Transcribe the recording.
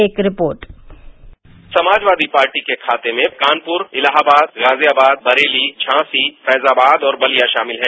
एक रिपोर्ट समाजवादी पार्टी के खाते में कानपुर इलाहाबाद गाजियाबाद बरेली झांसी फैजाबाद और बलिया शामिल हैं